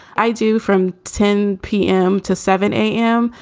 i do from ten p m. to seven a m.